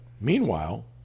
Meanwhile